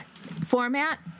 format